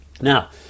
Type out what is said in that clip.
now